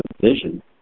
vision